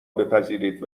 بپذیرید